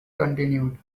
continued